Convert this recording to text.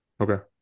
Okay